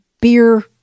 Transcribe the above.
beer